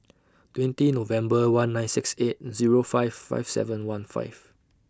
twenty November one nine six eight Zero five five seven one five